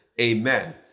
Amen